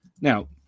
Now